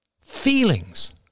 feelings